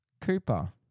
Cooper